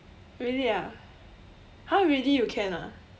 really ah !huh! really you can ah